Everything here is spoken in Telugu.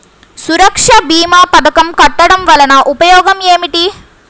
సురక్ష భీమా పథకం కట్టడం వలన ఉపయోగం ఏమిటి?